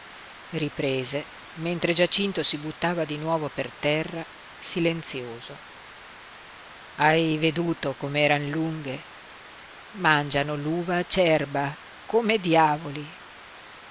riprese mentre giacinto si buttava di nuovo per terra silenzioso hai veduto com'eran lunghe mangiano l'uva acerba come diavoli